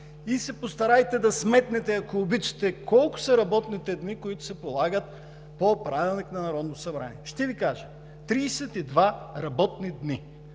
и се постарайте да сметнете, ако обичате, колко са работните дни, които се полагат по правилник на Народното събрание. Ще Ви кажа: 32 работни дни.